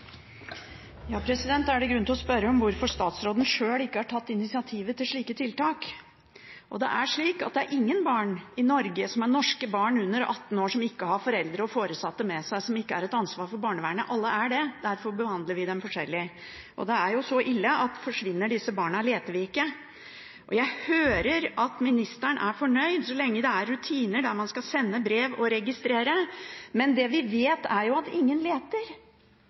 det grunn til å spørre hvorfor statsråden sjøl ikke har tatt initiativet til slike tiltak. Det er slik at det er ingen barn i Norge, norske barn under 18 år, som ikke har foreldre og foresatte med seg, som ikke er et ansvar for barnevernet. Alle er det, derfor behandler vi dem forskjellig. Det er jo så ille at forsvinner disse barna, leter vi ikke. Jeg hører at ministeren er fornøyd så lenge det er rutiner der man skal sende brev og registrere, men det vi vet, er jo at ingen leter.